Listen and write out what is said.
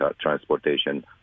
transportation